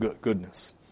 goodness